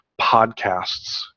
podcasts